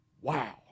Wow